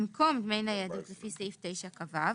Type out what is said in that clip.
במקום דמי ניידות לפי סעיף 9כו,